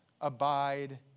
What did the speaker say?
abide